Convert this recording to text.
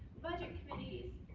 budget committees,